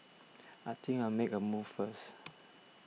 I think I'll make a move first